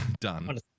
Done